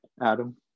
Adam